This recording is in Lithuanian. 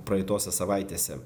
praeitose savaitėse